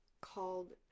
called